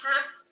past